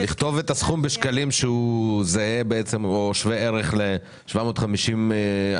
לכתוב את הסכום בשקלים שהוא זהה או שווה ערך ל-750 היום?